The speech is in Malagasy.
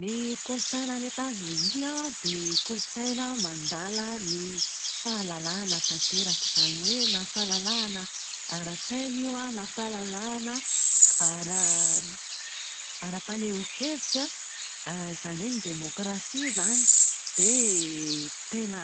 Ny kolotsaina any Etazonia an, dia kolotsaina mandala ny fahalalahana tanteraka. Izany hoe, na fahalalahana ara-tsaina io an, na fahalalahana ara- ara-panehoan-kevitra, izany hoe ny demokrasia izany. Dia tena